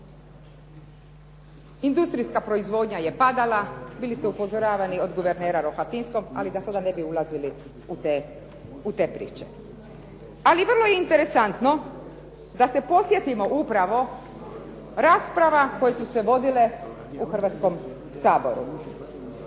Industrijska proizvodnja je padala. Bili ste upozoravani od guvernera Rohatinskog, ali da sada ne bi ulazili u te priče. Ali vrlo je interesantno da se podsjetimo upravo rasprava koje su se vodile u Hrvatskom saboru,